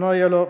När det gäller